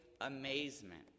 amazement